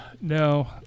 no